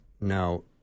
Now